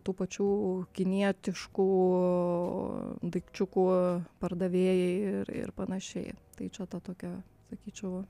tų pačių kinietiškų daikčiukų pardavėjai ir ir panašiai tai čia ta tokia sakyčiau